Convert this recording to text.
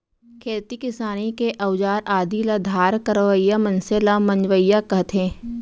खेती किसानी के अउजार आदि ल धार करवइया मनसे ल मंजवइया कथें